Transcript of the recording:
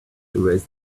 erased